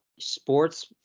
sports